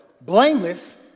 blameless